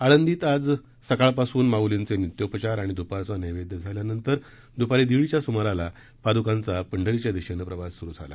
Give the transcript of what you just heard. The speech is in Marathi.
आळंदीत आज सकाळपासून माऊलींचे नित्योपचार आणि दुपारचा नैवेद्य झाल्यानंतर दुपारी दीड च्या सुमाराला पादुकांचा पंढरीच्या दिशेनं प्रवास सुरु झाला